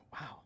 Wow